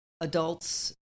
adults